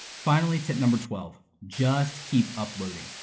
finally, tip number twelve, just keep uploading.